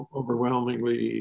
overwhelmingly